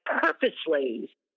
purposely